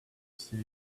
see